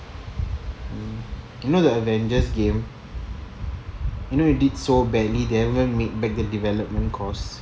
you know the avengers game you know they did so badly they haven't made back the development costs